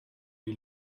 die